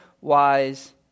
wise